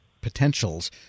potentials